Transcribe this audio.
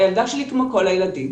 הילדה שלי כמו כל הילדים.